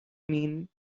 mean